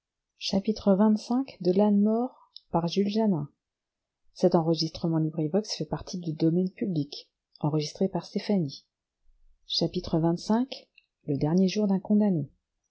le dernier jour d'un condamné